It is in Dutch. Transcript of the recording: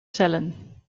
cellen